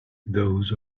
those